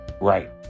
Right